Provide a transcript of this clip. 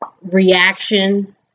reaction